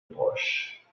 proche